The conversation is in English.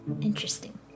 Interesting